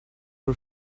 her